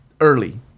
early